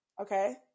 Okay